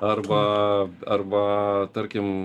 arba arba tarkim